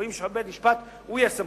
קובעים שבית-המשפט, הוא יהיה הסמכות.